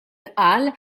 qal